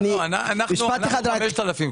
אנחנו מדברים על 5,000 שקלים.